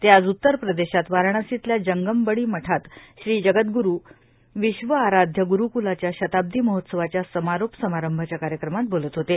ते आज उत्तरप्रदेशात वाराणसीतल्या जंगम बडी मठात श्री जगद्ग्रंरु विश्वआराध्य गुरुकलाच्या शताब्दी महोत्सवाच्या समारोप समारंभाच्या कार्यक्रमात बोलत होते